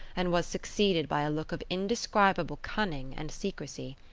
and was succeeded by a look of indescribable cunning and secrecy.